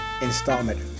installment